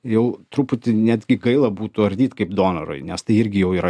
jau truputį netgi gaila būtų ardyt kaip donorui nes tai irgi jau yra